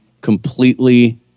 completely